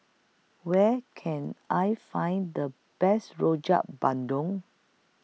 Where Can I Find The Best Rojak Bandung